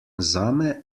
zame